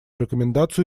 рекомендацию